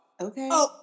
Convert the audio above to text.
Okay